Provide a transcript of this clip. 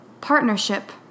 Partnership